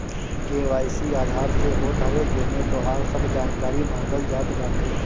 KYC Aadhaar से होत हवे जेमे तोहार सब जानकारी मांगल जात बाटे